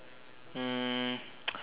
um